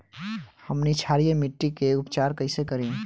हमनी क्षारीय मिट्टी क उपचार कइसे करी?